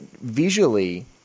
visually